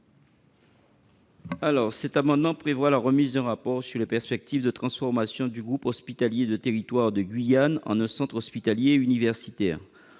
nous demandons la remise d'un rapport sur les perspectives de transformation du groupement hospitalier de territoire de Guyane en un centre hospitalier universitaire.